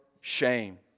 shame